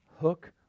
hook